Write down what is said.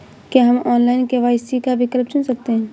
क्या हम online KYC का विकल्प चुन सकते हैं?